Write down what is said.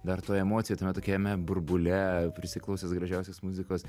dar tų emocijų tame tokiame burbule prisiklausęs gražiausios muzikos